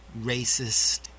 racist